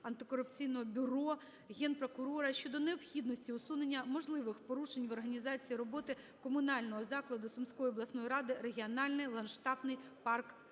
Нацантикорупційного бюро, Генпрокурора щодо необхідності усунення можливих порушень в організації роботи комунального закладу Сумської обласної ради "Регіональний ландшафтний парк "Сеймський".